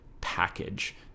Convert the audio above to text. package